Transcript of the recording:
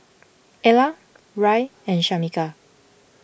Ellar Rahn and Shamika